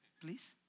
Please